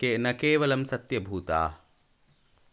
के न केवलं सत्यभूताः